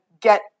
get